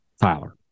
Tyler